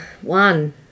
One